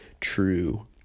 true